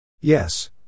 Yes